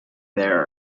there